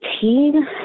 teen